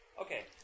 Okay